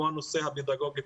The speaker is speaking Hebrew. כמו הנושא הפדגוגי,